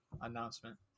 announcement